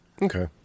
Okay